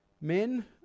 Men